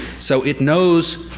so it knows,